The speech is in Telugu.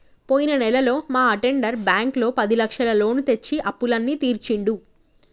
పోయిన నెలలో మా అటెండర్ బ్యాంకులో పదిలక్షల లోను తెచ్చి అప్పులన్నీ తీర్చిండు